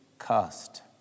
cast